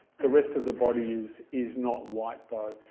the rest of the body is is not white though.